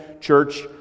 church